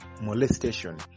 molestation